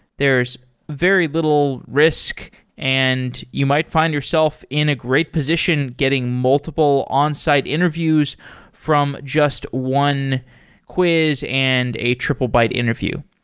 there's very little risk and you might find yourself in a great position getting multiple on-site interviews from just one quiz and a triplebyte interview.